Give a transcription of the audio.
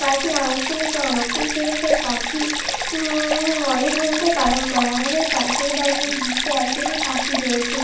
পাখির আবাসস্থলের সংরক্ষণ সুরক্ষায় পাখি অনেক ভূমিকাই পালন করে আমাদের পাশের বাড়িতে একজনের পাখি রয়েছে